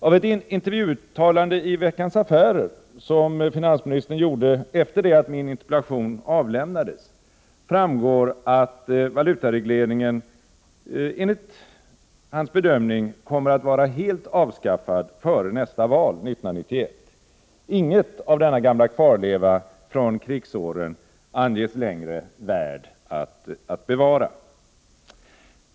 Av ett intervjuuttalande i Veckans Affärer, som finansministern gjorde efter det att min interpellation avlämnades, framgår att valutaregleringen enligt finansministerns bedömning kommer att vara helt avskaffad före nästa val 1991. Inget av denna gamla kvarleva från krigsåren anges längre värd att bevara.